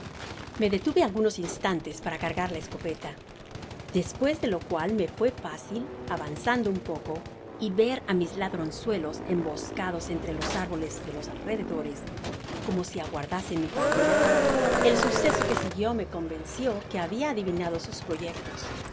me detuve algunos instantes para cargar la escopeta despues de lo cual me fué fácil avanzando un poco y ver á mis ladronzuelos emboscados entre los árboles de los alrededores como si aguardasen mi partida el suceso que siguió me convencio que habia adivinado sus proyectos